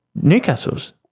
Newcastle's